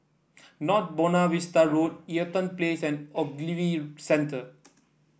North Buona Vista Road Eaton Place and Ogilvy Centre